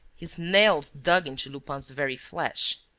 his nails dug into lupin's very flesh.